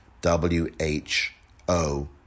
W-h-o